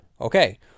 Okay